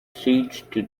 siege